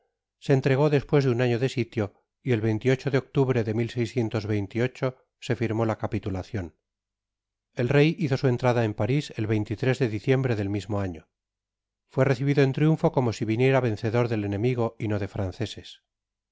se entregó despues de un año de sitio y el de octubre de se firmó la capitulacion el rey hizo su entrada en paris el de diciembre del mismo año fué recibido en triunfo como si viniera vencedor del enemigo y no de franceses